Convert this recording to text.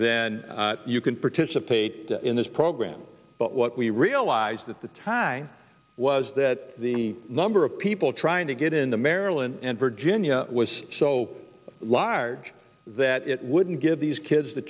then you can participate in this program but what we realized at the time i was that the number of people trying to get in the maryland and virginia was so large that it wouldn't give these kids the